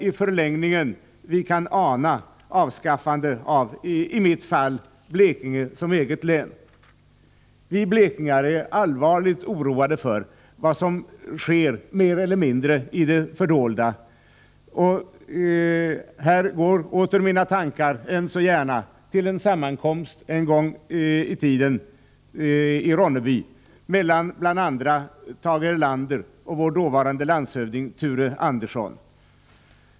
I förlängningen kan vi där ana avskaffande av, mitt hemlän Blekinge som eget län. Vi blekingar är allvarligt oroade över vad som sker mer eller mindre i det fördolda, och här går åter mina tankar än så gärna till en sammankomst en gång i tiden i Ronneby mellan bl.a. Tage Erlander och vår dåvarande landshövding Thure Andersson.